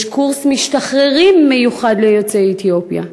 יש קורס משתחררים מיוחד ליוצאי אתיופיה,